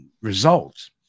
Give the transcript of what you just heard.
results